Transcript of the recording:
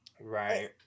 Right